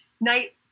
night